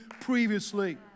previously